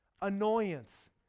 annoyance